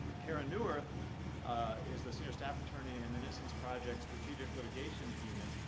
karen newirth is the senior staff attorney in the innocence project's strategic litigation unit,